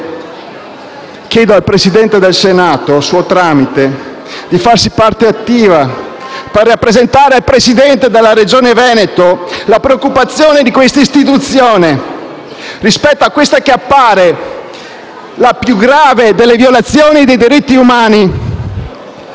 chiedo al Presidente del Senato, di farsi parte attiva per rappresentare al Presidente della Regione Veneto la preoccupazione di questa Istituzione rispetto alla più grave delle violazioni di diritti umani,